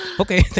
okay